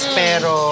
pero